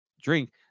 drink